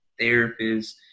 therapists